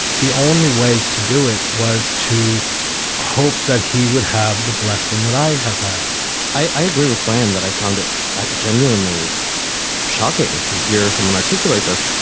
the only way to do it was to hope that he would have the blessing that i have had i agree with brian that i found it genuinely shocking to hear someone articulate this.